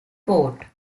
port